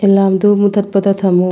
ꯑꯦꯂꯥꯔ꯭ꯃꯗꯨ ꯃꯨꯊꯠꯄꯗ ꯊꯝꯃꯨ